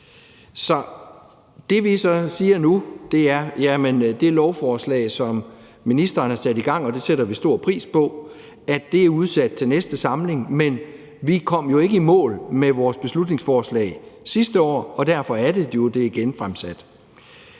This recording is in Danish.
Det, vi så siger nu, er, at det lovforslag, som ministeren har sat i gang, og det sætter vi stor pris på, er udsat til næste samling, men vi kom jo ikke i mål med vores beslutningsforslag sidste år, og derfor er det jo, at det bliver genfremsat.